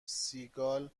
سیگال